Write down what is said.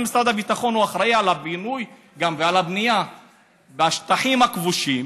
היות שמשרד הביטחון אחראי על הבינוי ועל הבנייה בשטחים הכבושים.